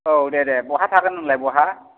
औ दे दे बहा थादों नोंलाय बहा